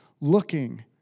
looking